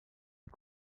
une